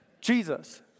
Jesus